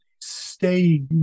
stay